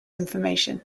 information